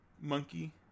monkey